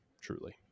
truly